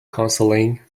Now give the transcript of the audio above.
counseling